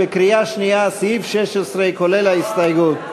בקריאה שנייה, סעיף 16 כולל ההסתייגות.